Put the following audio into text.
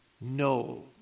No